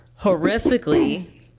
horrifically